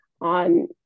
on